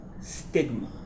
stigma